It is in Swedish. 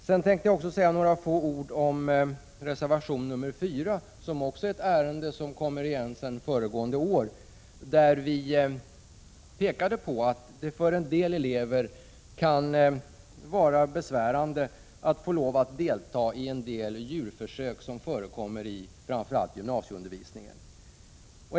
Sedan tänkte jag säga några ord om reservation 4, som berör ett ärende som togs upp också förra året. I reservationen pekar vi på att det för en del elever kan vara besvärande att delta i vissa djurförsök, som förekommer i framför allt gymnasieundervisningen.